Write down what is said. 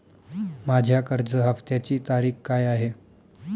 माझ्या कर्ज हफ्त्याची तारीख काय आहे?